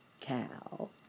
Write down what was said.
cow